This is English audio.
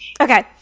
Okay